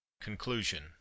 Conclusion